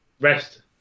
Rest